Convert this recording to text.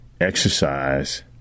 exercise